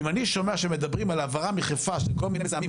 אם אני שומע שמדברים על העברה מחיפה של כל מיני מזהמים,